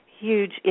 huge